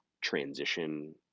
transition